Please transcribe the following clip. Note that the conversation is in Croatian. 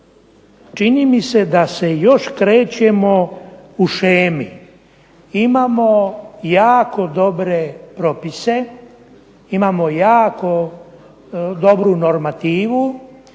Čini mi se da se još krećemo u shemi, imamo jako dobre propise, imamo jako dobru normativu